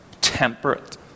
temperate